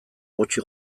gutxi